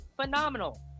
phenomenal